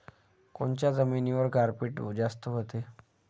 कोनच्या जमिनीवर गारपीट जास्त व्हते?